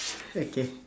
okay